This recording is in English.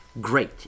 great